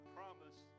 promise